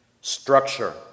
structure